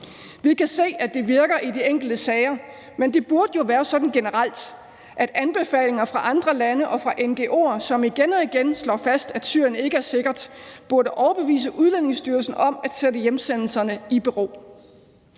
Vi kan se, at det virker i de enkelte sager, men det burde jo være sådan generelt, at anbefalinger fra andre lande og fra ngo'er, som igen og igen slår fast, at Syrien ikke er sikkert, burde overbevise Udlændingestyrelsen om at sætte hjemsendelserne i bero.